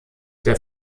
der